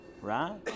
right